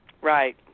Right